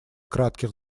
кратких